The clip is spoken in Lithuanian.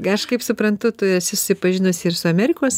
aš kaip suprantu tu esi susipažinusi ir su amerikos